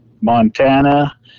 Montana